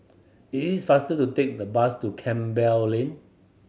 it's faster to take the bus to Campbell Lane